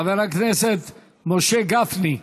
חבר הכנסת משה גפני,